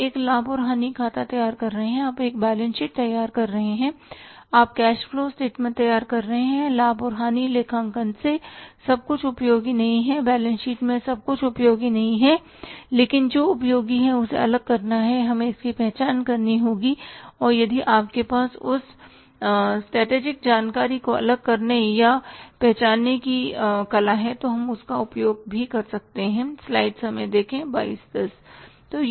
आप एक लाभ और हानि खाता तैयार कर रहे हैं आप एक बैलेंस शीट तैयार कर रहे हैं आप कैश फ्लो स्टेटमेंट तैयार कर रहे हैं लाभ और हानि लेखांकन में सब कुछ उपयोगी नहीं है बैलेंस शीट में सब कुछ उपयोगी नहीं है लेकिन जो उपयोगी है उसे अलग करना है हमें इसकी पहचान करनी होगी और यदि आपके पास उस स्ट्रैटेजिक जानकारी को अलग करने या पहचानने की कला है तो हम उसका उपयोग भी कर सकते हैं